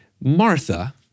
Martha